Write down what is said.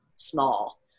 small